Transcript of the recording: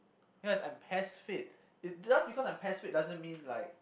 yes I'm Pes fit just because I'm Pes fit doesn't mean like